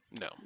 no